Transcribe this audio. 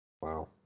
Wow